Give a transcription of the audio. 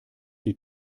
sie